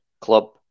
club